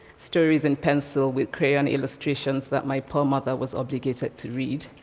stories in pencil with crayon illustrations that my poor mother was obligated to read,